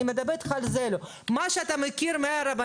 אני רק מבקש שתחשבו על קביעת תקרת הערבות במקרים מיוחדים.